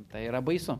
tai yra baisu